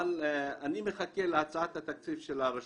אבל אני מחכה להצעת התקציב של הרשות,